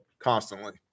Constantly